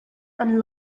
and